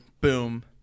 boom